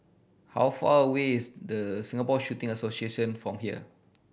how far away is Singapore Shooting Association from here